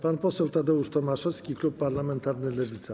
Pan poseł Tadeusz Tomaszewski, klub parlamentarny Lewica.